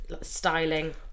styling